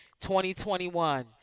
2021